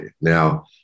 Now